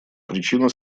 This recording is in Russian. причина